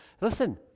Listen